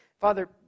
Father